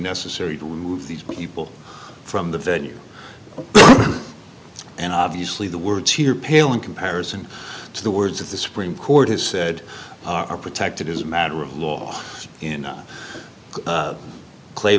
necessary to remove these people from the venue and obviously the words here pale in comparison to the words of the supreme court has said are protected as a matter of law in